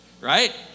right